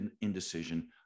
indecision